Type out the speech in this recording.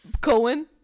cohen